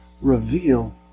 reveal